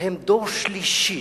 הם דור שלישי,